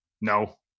no